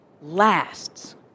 lasts